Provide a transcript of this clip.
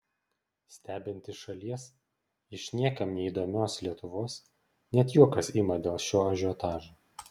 stebint iš šalies iš niekam neįdomios lietuvos net juokas ima dėl šio ažiotažo